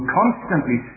constantly